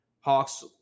Hawks